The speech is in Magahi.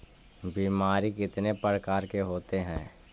बीमारी कितने प्रकार के होते हैं?